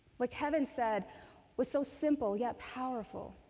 what kevin said was so simple yet powerful.